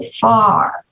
far